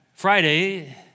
Friday